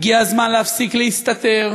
הגיע הזמן להפסיק להסתתר,